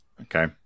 okay